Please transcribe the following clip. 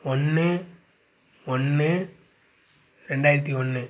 ஒன்று ஒன்று ரெண்டாயிரத்தி ஒன்று